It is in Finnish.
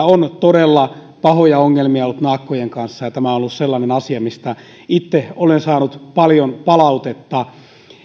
on todella pahoja ongelmia ollut naakkojen kanssa ja tämä on ollut sellainen asia mistä itse olen saanut paljon palautetta